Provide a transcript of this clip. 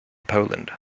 poland